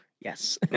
yes